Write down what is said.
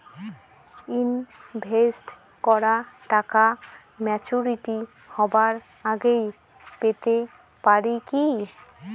Invest করা টাকা maturity হবার আগেই পেতে পারি কি?